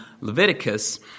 Leviticus